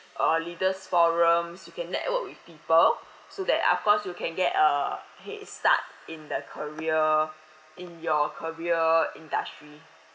uh leaders forum so you can network with people so that of course you can get a head start in the career in your career industry